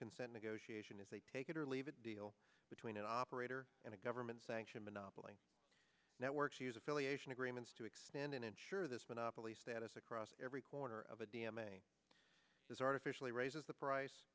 consent negotiation is a take it or leave it deal between an operator and a government sanctioned monopoly network to use affiliation agreements to expand and ensure this monopoly status across every corner of a d m a is artificially raises the price